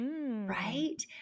Right